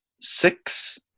six